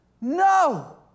No